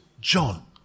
John